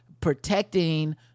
protecting